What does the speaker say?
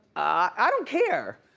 i don't care.